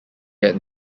had